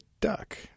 duck